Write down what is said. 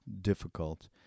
difficult